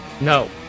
No